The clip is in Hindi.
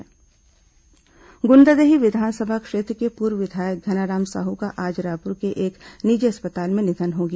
घनाराम साहु निधन गूंडरदेही विधानसभा क्षेत्र के पूर्व विधायक घनाराम साहू का आज रायपुर के एक निजी अस्पताल में निधन हो गया